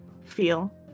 feel